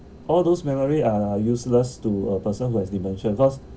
all those memory are useless to a person who has dementia because